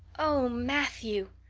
oh, matthew!